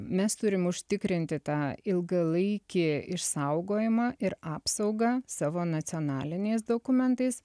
mes turim užtikrinti tą ilgalaikį išsaugojimą ir apsaugą savo nacionaliniais dokumentais